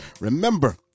Remember